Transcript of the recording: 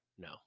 No